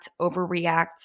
overreact